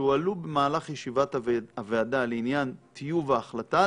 שהועלו במהלך ישיבת הוועדה לעניין טיוב ההחלטה,